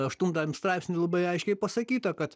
aštuntajam straipsny labai aiškiai pasakyta kad